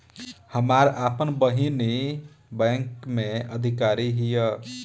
हमार आपन बहिनीई बैक में अधिकारी हिअ